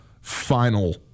final